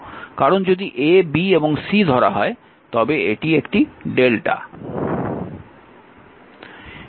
কারণ যদি a' b' এবং c ধরা হয় তবে এটি একটি Δ